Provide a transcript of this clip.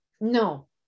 No